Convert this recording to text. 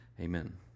Amen